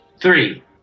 Three